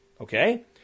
Okay